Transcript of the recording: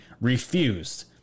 refused